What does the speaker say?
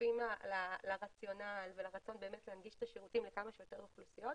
שותפים לרציונל ולרצון להנגיש את השירותים לכמה שיותר אוכלוסיות,